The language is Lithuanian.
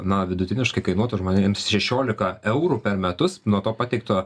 na vidutiniškai kainuotų žmonėms šešiolika eurų per metus nuo to pateikto